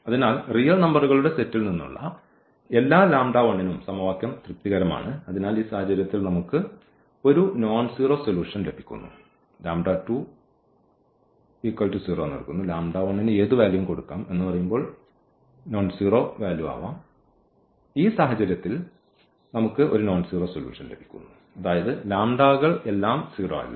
അതിനാൽ റിയൽ നമ്പറുകളുടെ സെറ്റിൽ നിന്നുള്ള എല്ലാ നും സമവാക്യം തൃപ്തികരമാണ് അതിനാൽ ഈ സാഹചര്യത്തിൽ നമുക്ക് ഒരു നോൺസീറോ സൊലൂഷൻ ലഭിക്കുന്നു അതായത് കൾ എല്ലാം സീറോ അല്ല